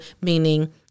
meaning